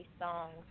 songs